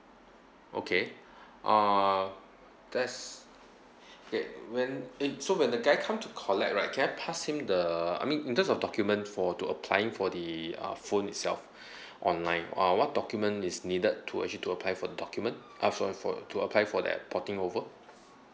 okay uh that's okay when eh so when the guy come to collect right can I pass him the I mean in terms of document for to applying for the uh phone itself online uh what document is needed to actually to apply for document ah sorry for to apply for that porting over